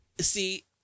See